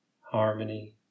harmony